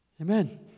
Amen